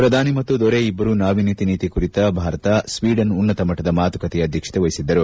ಪ್ರಧಾನಿ ಮತ್ತು ದೊರೆ ಇಬ್ಬರೂ ನಾವಿನ್ಯತೆ ನೀತಿ ಕುರಿತ ಭಾರತ ಸ್ವೀಡನ್ ಉನ್ನತ ಮಟ್ಟದ ಮಾತುಕತೆಯ ಅಧ್ಯಕ್ಷತೆ ವಹಿಸಿದ್ದರು